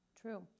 True